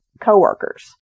co-workers